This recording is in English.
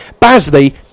Basley